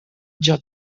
joc